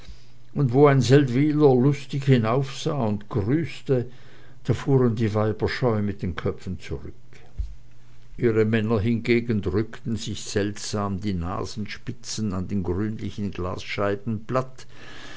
und wo ein seldwyler lustig hinaufsah und grüßte da fuhren die weiber scheu mit den köpfen zurück ihre männer hingegen drückten sich seltsam die nasenspitzen an den grünlichen glasscheiben platt